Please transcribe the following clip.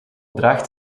draagt